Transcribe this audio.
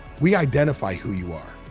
we identify who you are.